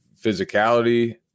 physicality